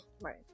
Right